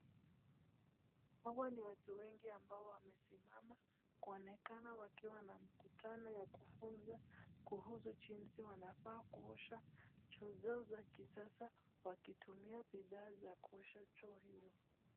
Hawa ni watu wengi ambao wamesimama kuonekana wakiwa na mkutano ya kufunza kuhusu jinsi wanafaa kuosha choo zao za kisasa wakitumia bidhaa za kuosha choo hizo.